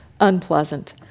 unpleasant